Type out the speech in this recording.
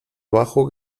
bajo